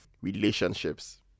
Relationships